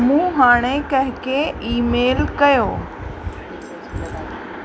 मूं हाणे कंहिंखे ईमेल कयो